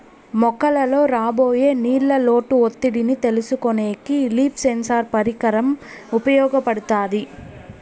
మొక్కలలో రాబోయే నీళ్ళ లోటు ఒత్తిడిని తెలుసుకొనేకి లీఫ్ సెన్సార్ పరికరం ఉపయోగపడుతాది